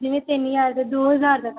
ਜਿਵੇਂ ਤਿੰਨ ਹਜ਼ਾਰ ਦਾ ਦੋ ਹਜ਼ਾਰ ਦਾ ਕਰ ਦਿਉ